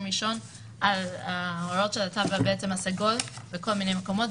ראשון על ההוראות של התו בעצם הסגול בכל מיני מקומות,